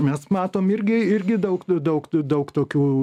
mes matom irgi irgi daug daug daug tokių